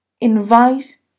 invite